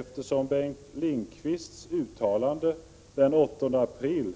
I Bengt Lindqvists uttalande den 8 april